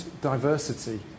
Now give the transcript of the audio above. diversity